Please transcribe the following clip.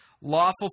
lawful